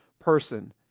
person